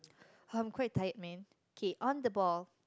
I'm quite tired man okay on the ball